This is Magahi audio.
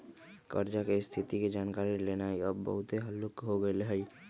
कर्जा की स्थिति के जानकारी लेनाइ अब बहुते हल्लूक हो गेल हइ